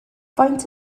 faint